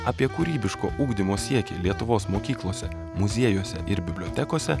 apie kūrybiško ugdymo siekį lietuvos mokyklose muziejuose ir bibliotekose